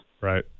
right